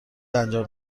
انجام